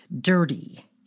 dirty